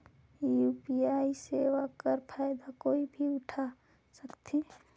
UPI सेवा कर फायदा कोई भी उठा सकथे?